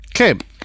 Okay